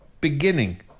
beginning